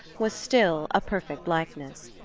was still a perfect likeness.